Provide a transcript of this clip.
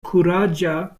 kuraĝa